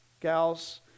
gals